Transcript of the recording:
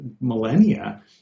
millennia